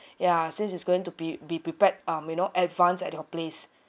ya since it's going to be be prepared um you know advanced at your place